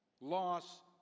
loss